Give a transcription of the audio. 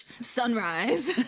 Sunrise